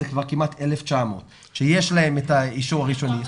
הוא כבר כמעט 1,900 שיש להם את האישור הראשוני.